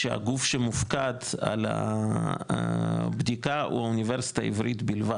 שהגוף שמופקד על הבדיקה הוא אוניברסיטה העברית בלבד,